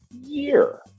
year